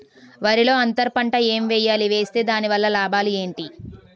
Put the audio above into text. వరిలో అంతర పంట ఎం వేయాలి? వేస్తే దాని వల్ల లాభాలు ఏంటి?